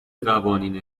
قوانین